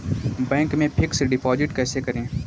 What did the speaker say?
Bank में fix deposit कैसे करें?